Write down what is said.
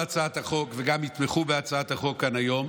הצעת החוק וגם יתמכו בהצעת החוק כאן היום.